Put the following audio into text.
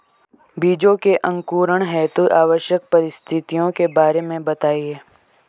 बीजों के अंकुरण हेतु आवश्यक परिस्थितियों के बारे में बताइए